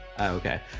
okay